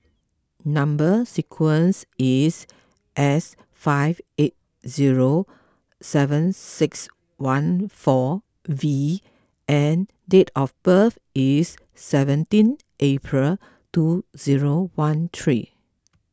Number Sequence is S five eight zero seven six one four V and date of birth is seventeen April two zero one three